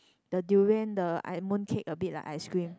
the durian the i mooncake a bit like ice cream